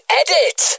edit